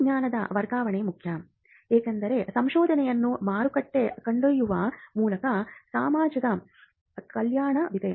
ತಂತ್ರಜ್ಞಾನದ ವರ್ಗಾವಣೆ ಮುಖ್ಯ ಏಕೆಂದರೆ ಸಂಶೋಧನೆಯನ್ನು ಮಾರುಕಟ್ಟೆಗೆ ಕೊಂಡೊಯ್ಯುವ ಮೂಲಕ ಸಾಮಾಜದ ಕಲ್ಯಾಣವಿದೆ